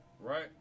right